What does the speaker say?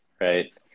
right